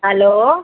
hello